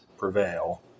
Prevail